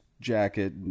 jacket